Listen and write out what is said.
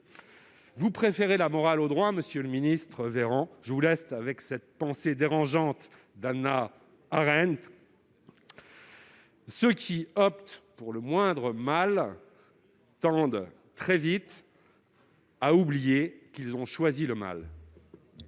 Vous préférez la morale au droit, monsieur le ministre ; alors, je vous laisse avec cette pensée dérangeante d'Hannah Arendt :« Ceux qui optent pour le moindre mal tendent très vite à oublier qu'ils ont choisi le mal